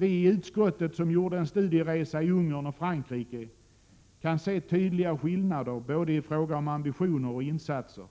Vi i utskottet som gjorde en studieresa till Ungern och Frankrike kan se de tydliga skillnaderna både i fråga om ambitioner och insatser.